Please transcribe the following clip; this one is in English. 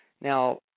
Now